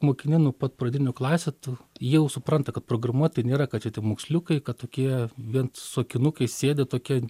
mokini nuo pat pradinių klasių tu jau supranta kad programuot tai nėra kad čia tie moksliukai kad tokie vien su akinukais sėdi tokie